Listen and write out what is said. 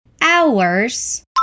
hours